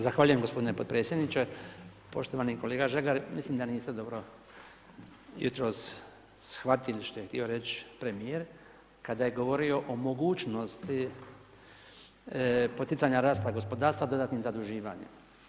Zahvaljujem gospodine podpredsjedniče, poštovani kolega Žagar, mislim da niste dobro jutros shvatili što je htio reć premijer kada je govorio o mogućnosti poticanja rasta gospodarstva dodatnim zaduživanjem.